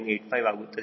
985 ಆಗುತ್ತದೆ